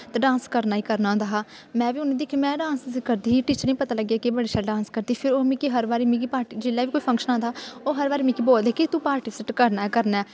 ते डांस करना ई करना होंदा हा में बी उ'नेंगी दिक्खियै में डांस करदी ही टीचरें गी पता लग्गेआ कि एह् बड़ा शैल डांस करदी फिर ओह् मिगी हर बारी पार्टि जेल्लै बी कोई फंक्शन आंदा हा ओह् हर बारी मिगी बोलदे हे कि तू पार्टिस्पेट करना ऐ करना ऐ